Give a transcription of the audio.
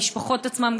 המשפחות עצמן,